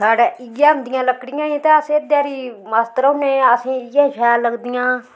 साढ़ै इ'यै होंदियां लक्कड़ियां गै ते अस एह्दे'र ही मस्त रौह्न्ने असें इ'यै शैल लगदियां